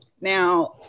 Now